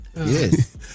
Yes